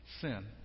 Sin